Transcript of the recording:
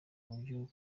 buryo